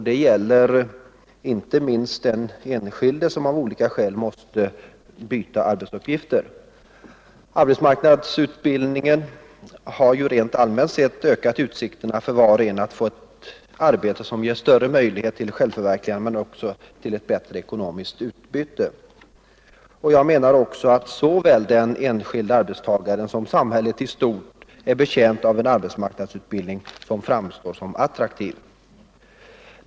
Det gäller inte minst den enskilde som av olika skäl måste byta arbetsuppgifter. Arbetsmarknadsutbildningen har allmänt sett ökat utsikterna för var och en att få ett arbete som ger större möjlighet till självförverkligande men också ett bättre ekonomiskt utbyte. Såväl den enskilde arbetstagaren som samhället i stort är enligt min mening betjänta av en arbetsmarknadsutbildning som framstår såsom attraktiv.